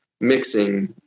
mixing